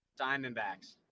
Diamondbacks